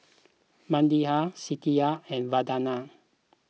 Medha Satya and Vandana